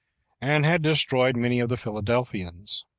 and had destroyed many of the philadelphians.